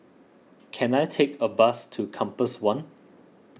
can I take a bus to Compass one